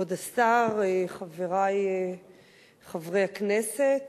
כבוד השר, חברי חברי הכנסת,